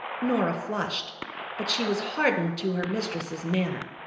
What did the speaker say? norah flushed but she was hardened to her mistress's manner.